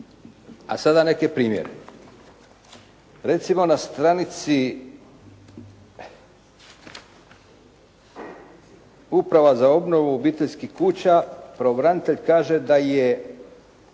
a sada neke primjere. Recimo na stranici Uprava za obnovu obiteljskih kuća pravobranitelj kaže da je